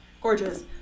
gorgeous